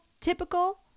typical